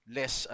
less